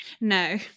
No